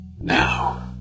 Now